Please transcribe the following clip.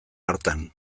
hartan